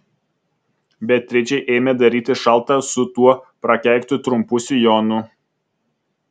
beatričei ėmė darytis šalta su tuo prakeiktu trumpu sijonu